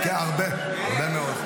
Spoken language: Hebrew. כן, כן, הרבה מאוד.